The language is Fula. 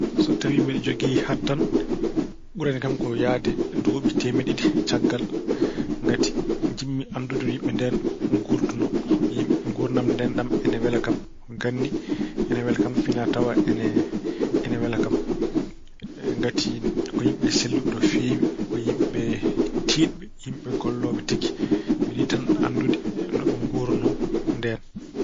So tawi mbeɗa jogii hattan, ɓurani kam ko yahde duuɓi teemeɗɗe ɗiɗi caggal ngati njiɗmi ko anndude no yimɓe ndeen nguurdunoo. Yimɓe, nguurndam ndeen ɗam ina wela kam. Ganni ina wela kam. Finaa-tawaa ina wela kam. Ngati ko yimɓe celluɓe no feewi, ko yimɓe tiiɗɓe. Yimɓe gollooɓe tigi. Mbeɗa yiɗi tan anndude no ɓe ngoorunoo ndeen.